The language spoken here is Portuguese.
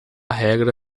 regra